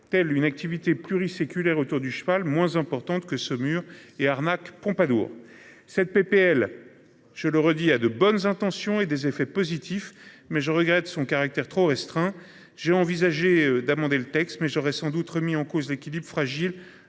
telle une activité pluri-séculaire autour du cheval moins importante que ce mur et arnaques Pompadour cette PPL, je le redis à de bonnes intentions et des effets positifs mais je regrette son caractère trop restreint. J'ai envisagé d'amender le texte mais j'aurais sans doute remis en cause l'équilibre fragile